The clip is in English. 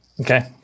Okay